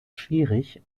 schwierig